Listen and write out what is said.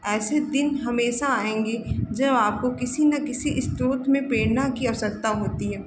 ऐसे दिन हमेशा आएँगे जब आपको किसी न किसी स्रोत में प्रेरणा की आवश्यकता होती है